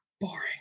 boring